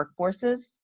workforces